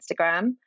Instagram